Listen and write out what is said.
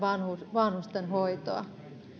vanhustenhoitoa